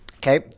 Okay